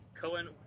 Cohen